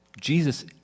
Jesus